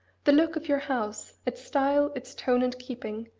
the look of your house, its style, its tone and keeping,